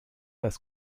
das